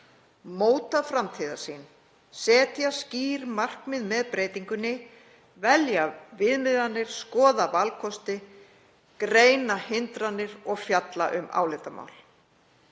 móta framtíðarsýn, setja skýr markmið með breytingunni, velja viðmiðanir, skoða valkosti, greina hindranir og fjalla um álitamál.